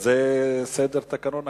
זה סדר תקנון הכנסת,